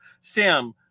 Sam